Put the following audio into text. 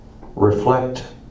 reflect